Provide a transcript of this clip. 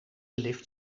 lift